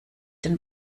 den